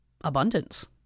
abundance